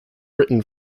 written